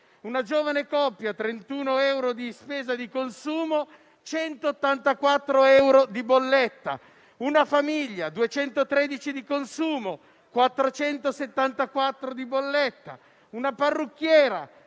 Una giovane coppia: 31 euro di spesa di consumo e 184 euro di bolletta. Una famiglia: 213 euro di consumo e 474 di bolletta. Una parrucchiera: